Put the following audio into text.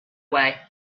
way